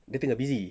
dia tengah busy